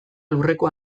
lurreko